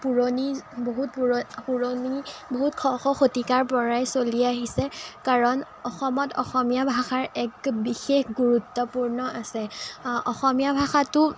পুৰণি বহুত পু পুৰণি বহুত শ শ শতিকাৰ পৰাই চলি আহিছে কাৰণ অসমত অসমীয়া ভাষাৰ এক বিশেষ গুৰুত্বপূৰ্ণ আছে আঁ অসমীয়া ভাষাটো